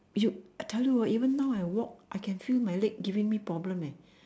you I tell you ah even now I walk I can feel my leg giving me problem eh